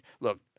look